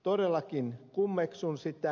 todellakin kummeksun sitä